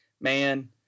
Man